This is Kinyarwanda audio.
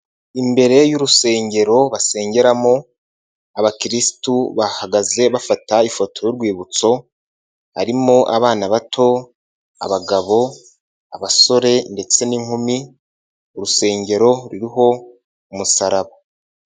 Imbere y'urusengero basengeramo abakirisitu bahagaze bafata ifoto y'urwibutso harimo: abana bato, abagabo, abasore ndetse n'inkumi, urusengero ruriho umusaraba.